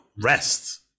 rest